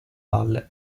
valle